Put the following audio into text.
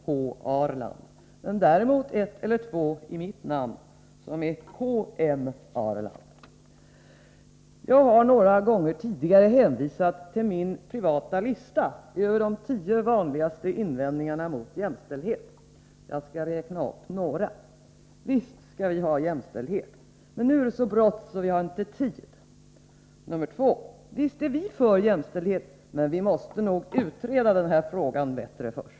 H. Ahrland men däremot ett eller två i mitt namn, som är K. M. Ahrland. Jag har många gånger tidigare hänvisat till min privata lista över de tio vanligaste invändningarna mot jämställdhet. Jag skall räkna upp några. 1) Visst skall vi ha jämställdhet, men nu är det så brått, så vi har inte tid. 2) Visst är vi för jämställdhet, men vi måste nog utreda den här frågan bättre först.